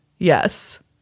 Yes